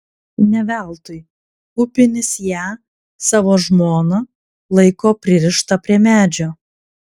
ne veltui upinis ją savo žmoną laiko pririštą prie medžio